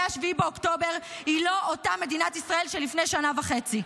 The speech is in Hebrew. מ-7 באוקטובר היא לא אותה מדינת ישראל של לפני שנה וחצי.